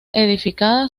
edificada